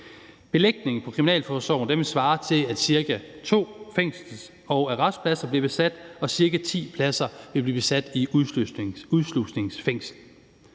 fungerer. Kriminalforsorgens belægning vil svare til, at cirka to fængsels- og arrestpladser bliver besat, og cirka ti pladser vil blive besat i et udslusningsfængsel.